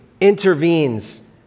intervenes